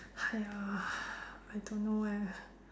!haiya! I don't know eh